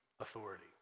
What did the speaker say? authority